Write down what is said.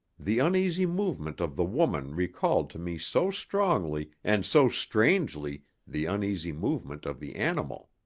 the uneasy movement of the woman recalled to me so strongly and so strangely the uneasy movement of the animal.